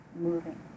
moving